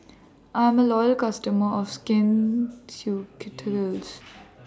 I'm A Loyal customer of Skin